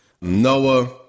Noah